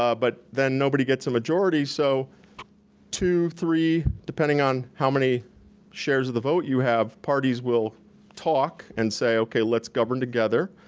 ah but then nobody gets a majority, so two, three, depending on how many shares of the vote you have, parties will talk and say okay let's govern together.